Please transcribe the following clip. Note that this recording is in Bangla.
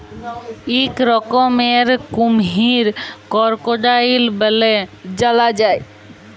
ইক রকমের কুমহির করকোডাইল ব্যলে জালা যায়